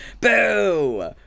boo